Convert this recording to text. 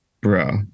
Bro